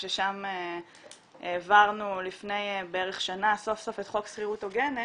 כששם העברנו לפני בערך שנה סוף סוף את חוק שכירות הוגנת